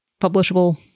publishable